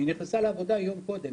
והיא נכנסה לעבודה יום קודם,